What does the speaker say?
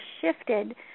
shifted